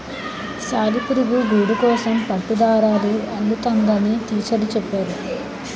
సాలిపురుగు గూడుకోసం పట్టుదారాలు అల్లుతుందని టీచరు చెప్పేరు